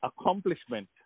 accomplishment